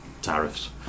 tariffs